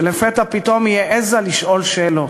כשלפתע פתאום היא העזה לשאול שאלות.